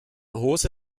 hose